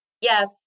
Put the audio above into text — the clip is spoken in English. yes